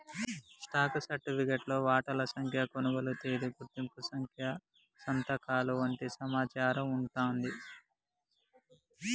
stock సర్టిఫికేట్లో వాటాల సంఖ్య, కొనుగోలు తేదీ, గుర్తింపు సంఖ్య సంతకాలు వంటి సమాచారం వుంటాంది